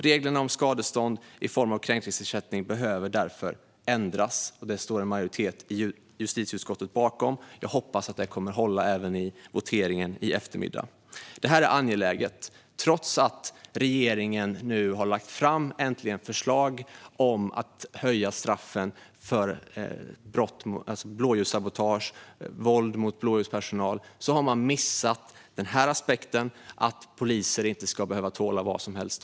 Reglerna om skadestånd i form av kränkningsersättning behöver därför ändras. Det står en majoritet i justitieutskottet bakom. Jag hoppas att det kommer att hålla även i voteringen i eftermiddag. Detta är angeläget. Trots att regeringen nu äntligen har lagt fram förslag om att höja straffen för brott som blåljussabotage och våld mot blåljuspersonal har man missat den här aspekten: att poliser inte ska behöva tåla vad som helst.